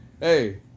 Hey